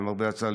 למרבה הצער,